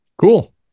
Cool